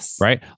right